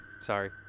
Sorry